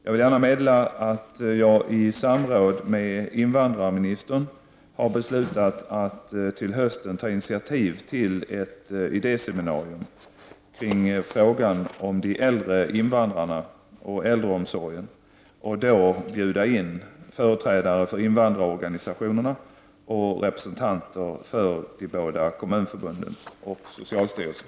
Jag vill gärna meddela att jag i samråd med invandrarministern beslutat att till hösten ta initiativ till ett idéseminarium kring frågan om de äldre invandrarna och äldreomsorgen och då bjuda in företrädare för invandrarorganisationerna och representanter för de båda kommunförbunden och socialstyrelsen.